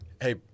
hey